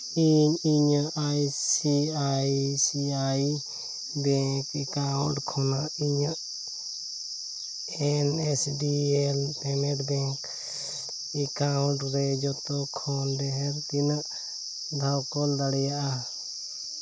ᱤᱧ ᱤᱧᱟᱹᱜ I C I C I bank account ᱠᱷᱚᱱᱟᱜ ᱤᱧᱟᱹᱜ N S D L payment bank account ᱨᱮ ᱡᱚᱛᱚ ᱠᱷᱚᱱ ᱰᱷᱮᱨ ᱛᱤᱱᱟᱹᱜ ᱫᱷᱟᱣ ᱠᱩᱞ ᱫᱟᱲᱮᱭᱟᱜᱼᱟ